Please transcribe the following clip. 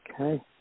Okay